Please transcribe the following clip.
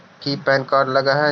की PAN card लग तै?